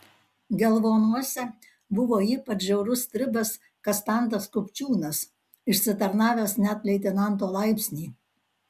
gelvonuose buvo ypač žiaurus stribas kastantas kupčiūnas išsitarnavęs net leitenanto laipsnį